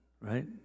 right